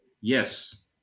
yes